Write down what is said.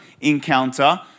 encounter